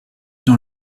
dans